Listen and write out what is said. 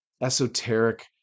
esoteric